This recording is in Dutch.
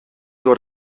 door